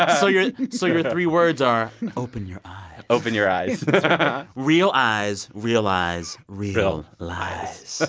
ah so your so your three words are and open your eyes open your eyes real eyes realize real lies